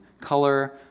color